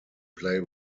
play